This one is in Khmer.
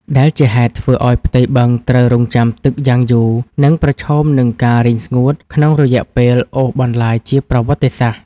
ដែលជាហេតុធ្វើឱ្យផ្ទៃបឹងត្រូវរង់ចាំទឹកយ៉ាងយូរ និងប្រឈមនឹងការរីងស្ងួតក្នុងរយៈពេលអូសបន្លាយជាប្រវត្តិសាស្ត្រ។